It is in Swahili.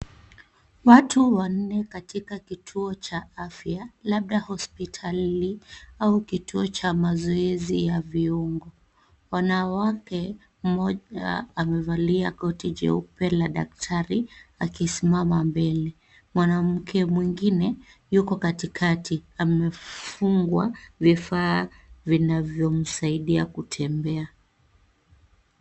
Watu wanne katika kituo cha afya labda hospitali au kituo cha mazoezi ya viungo. Wanawake, mmoja amevalia koti jeupe la daktari akisimama mbele. Mwanamke mwingine yuko katikati amefungwa vifaa vinavyomsaidia kutembea.